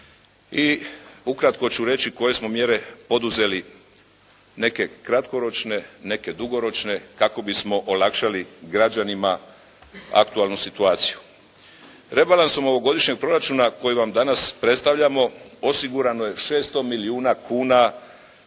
I ukratko ću reći koje smo mjere poduzeli, neke kratkoročne, neke dugoročne kako bismo olakšali građanima aktualnu situaciju. Rebalansom ovogodišnjeg proračuna koji vam danas predstavljamo osigurano je 600 milijuna kune